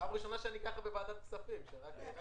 זה תקציב תוספתי